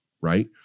right